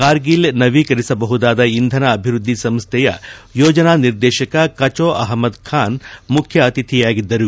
ಕಾರ್ಗಿಲ್ ನವೀಕರಿಸಬಹುದಾದ ಇಂಧನ ಅಭಿವೃದ್ದಿ ಸಂಸ್ವೆಯ ಯೋಜನಾ ನಿರ್ದೇಶಕ ಕಜೋ ಅಹ್ಮದ್ ಖಾನ್ ಮುಖ್ಯ ಅತಿಥಿಯಾಗಿದ್ದರು